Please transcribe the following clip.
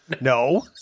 No